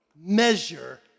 measure